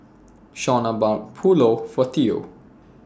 Shauna bought Pulao For Theo